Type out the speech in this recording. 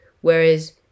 Whereas